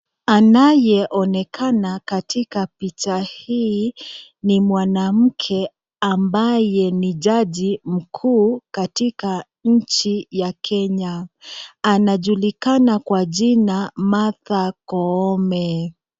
Anayeonekana katika picha hii ni mwanamke ambaye ni jaji mkuu katika nchi ya Kenya, anajulikana kwa jina Martha Koome.